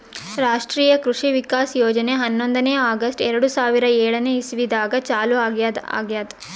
ರಾಷ್ಟ್ರೀಯ ಕೃಷಿ ವಿಕಾಸ್ ಯೋಜನೆ ಹನ್ನೊಂದನೇ ಆಗಸ್ಟ್ ಎರಡು ಸಾವಿರಾ ಏಳನೆ ಇಸ್ವಿದಾಗ ಚಾಲೂ ಆಗ್ಯಾದ ಆಗ್ಯದ್